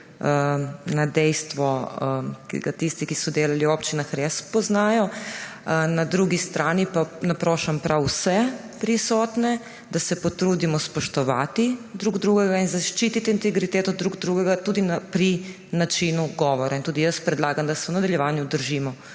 na dejstvo, ki ga tisti, ki so delali v občinah res poznajo. Na drugi strani pa naprošam prav vse prisotne, da se potrudimo spoštovati drug drugega in zaščiti integriteto drug drugega tudi pri načinu govora. Tudi jaz predlagam, da se v nadaljevanju držimo